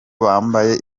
bambaye